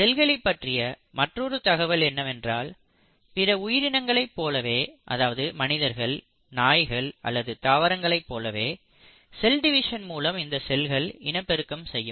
செல்களைப் பற்றிய மற்றொரு தகவல் என்னவென்றால் பிற உயிரினங்களைப் போலவே அதாவது மனிதர்கள் நாய்கள் அல்லது தாவரங்களைப் போலவே செல் டிவிஷன் மூலம் இந்த செல்களும் இனப்பெருக்கம் செய்யும்